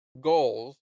goals